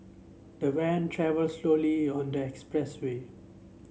the van travelled slowly on the expressway